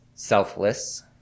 selfless